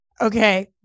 Okay